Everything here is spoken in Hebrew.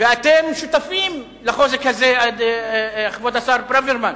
ואתם שותפים לחוזק הזה, כבוד השר ברוורמן.